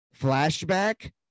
flashback